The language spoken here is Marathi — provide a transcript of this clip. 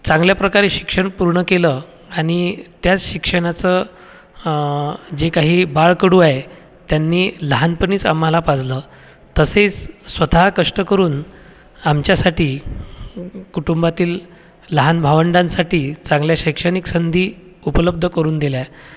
चांगल्या प्रकारे शिक्षण पूर्ण केलं आणि त्या शिक्षणाचं जे काही बाळकडू आहे त्यांनी लहानपणीच आम्हाला पाजलं तसेच स्वतः कष्ट करून आमच्यासाठी कुटुंबातील लहान भावंडांसाठी चांगल्या शैक्षणिक संधी उपलब्ध करून दिल्या